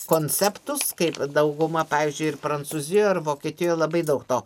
konceptus kaip dauguma pavyzdžiui ir prancūzijoj ar vokietijoj labai daug to